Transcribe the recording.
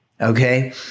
Okay